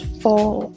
full